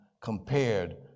compared